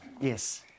Yes